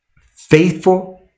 faithful